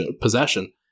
possession